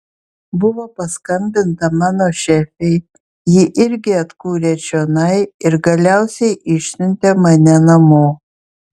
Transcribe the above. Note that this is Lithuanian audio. buvo paskambinta mano šefei ji irgi atkūrė čionai ir galiausiai išsiuntė mane namo